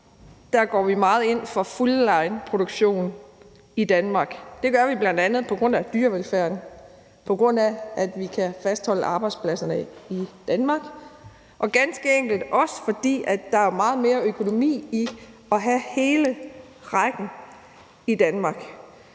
går vi meget ind for fulllineproduktion i Danmark. Det gør vi bl.a. på grund af dyrevelfærden, og på grund af at vi kan fastholde arbejdspladserne i Danmark, og ganske enkelt også, fordi der er meget mere økonomi i at have hele rækken i Danmark.